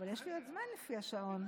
יש לי עוד זמן לפי השעון.